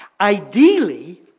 Ideally